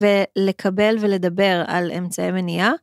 ולקבל ולדבר על אמצעי מניעה.